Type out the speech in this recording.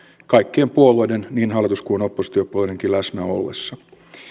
kaikkien puolueiden niin hallitus kuin oppositiopuolueidenkin läsnä ollessa